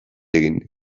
egin